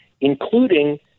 including